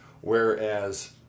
whereas